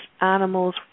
animals